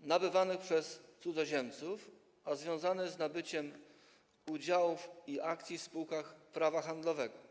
nabywanych przez cudzoziemców, co było związane z nabywaniem udziałów i akcji w spółkach prawa handlowego.